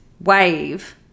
wave